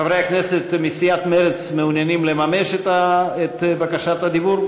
חברי הכנסת מסיעת מרצ מעוניינים לממש את בקשת הדיבור?